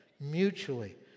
mutually